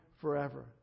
forever